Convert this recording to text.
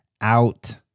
out